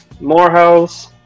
Morehouse